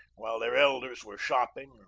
while their elders were shopping,